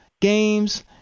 games